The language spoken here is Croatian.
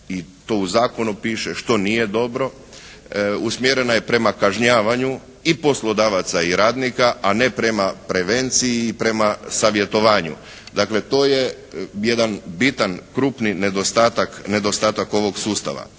i to u zakonu piše što nije dobro, usmjerena je prema kažnjavanju i poslodavaca i radnika, a ne prema prevenciji i prema savjetovanju. Dakle, to je jedan bitan, krupni nedostatak ovog sustava.